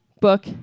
book